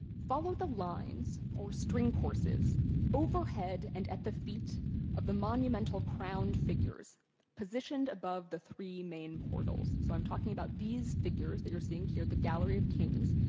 follow the lines or string courses overhead and at the feet of the monumental crowned figures positioned above the three main portals. so i'm talking about these figures that you're seeing here, the gallery of kings,